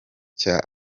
cya